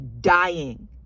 dying